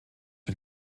mit